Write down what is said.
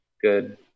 good